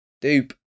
Dupe